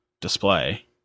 display